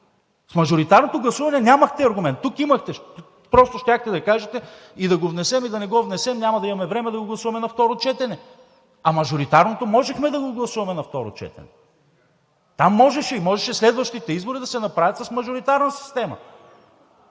В мажоритарното гласуване нямахте аргумент. Тук имахте – просто щяхте да кажете: и да го внесем, и да не го внесем – няма да имаме време да го гласуваме на второ четене, а мажоритарното можехме да го гласуваме на второ четене. Там можеше и можеше следващите избори да се направят с мажоритарна система.